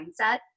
mindset